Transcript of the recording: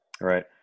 Right